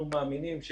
אנחנו מאמינים,